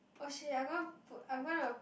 oh shit I'm gonna put I'm gonna